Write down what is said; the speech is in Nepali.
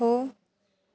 हो